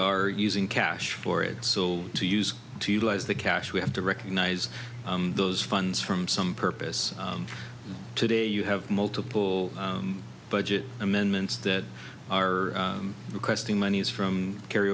are using cash for it so to use to utilize the cash we have to recognize those funds from some purpose today you have multiple budget amendments that are requesting monies from carry